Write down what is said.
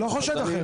אני לא חושד אחרת.